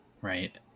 right